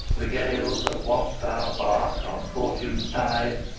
the gales that waft our bark on fortune's tide!